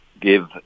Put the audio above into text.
give